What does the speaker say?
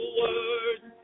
words